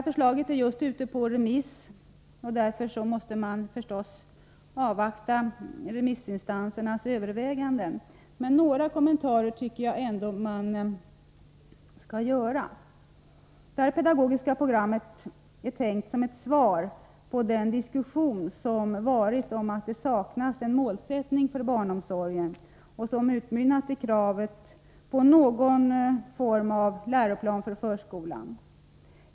Förslaget är just ute på remiss, och därför måste man naturligtvis avvakta remissinstansernas yttranden. Men några kommentarer tycker jag ändå man skall göra. Detta pedagogiska program är tänkt som ett svar på den diskussion som förts om att det saknas en målsättning för barnomsorgen och som utmynnade i kravet på någon form av läroplan för förskolan.